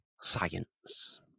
science